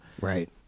right